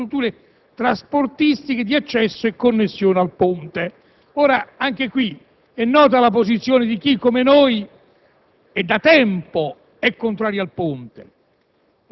si chiede di aggiungere «privilegiando la realizzazione di infrastrutture trasportistiche di accesso e connessione al ponte ». Anche in questo caso è nota la posizione di chi come noi